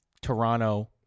Toronto